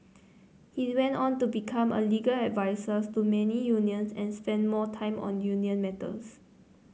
he went on to become a legal advisor to many unions and spent more time on union matters